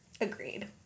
Agreed